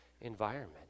environment